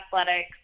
Athletics